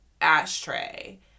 Ashtray